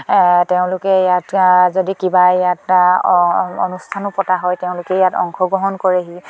তেওঁলোকে ইয়াত যদি কিবা ইয়াত অনুষ্ঠানো পতা হয় তেওঁলোকে ইয়াত অংশগ্ৰহণ কৰেহি